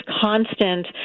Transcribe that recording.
constant